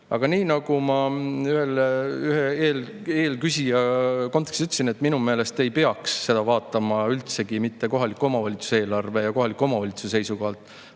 Aga nagu ma ühe eelküsija küsimuse kontekstis ütlesin, minu meelest ei peaks seda vaatama üldsegi mitte kohalike omavalitsuste eelarvete ja kohalike omavalitsuste seisukohalt,